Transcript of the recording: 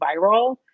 viral